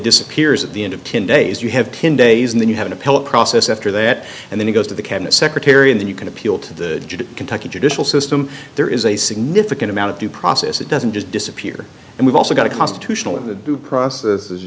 disappears at the end of ten days you have ten days and then you have an appellate process after that and then it goes to the can the secretary and then you can appeal to the kentucky judicial system there is a significant amount of due process that doesn't just disappear and we've also got a constitutional in the due process